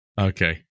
Okay